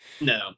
No